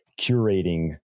curating